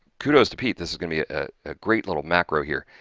kudos to pete. this is going to be a great little macro here,